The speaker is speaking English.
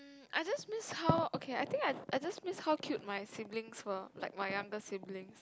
I just miss how okay I think I I just miss how cute my siblings were like my younger siblings